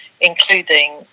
including